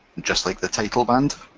just like the title band,